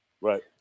Right